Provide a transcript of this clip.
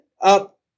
up